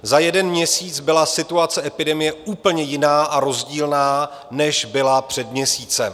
Za jeden měsíc byla situace epidemie úplně jiná a rozdílná, než byla před měsícem.